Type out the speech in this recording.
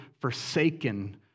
forsaken